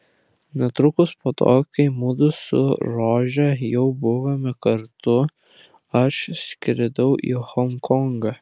netrukus po to kai mudu su rože jau buvome kartu aš skridau į honkongą